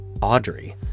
Audrey